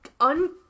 un